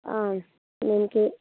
অঁ নিমকি